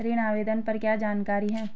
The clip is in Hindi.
ऋण आवेदन पर क्या जानकारी है?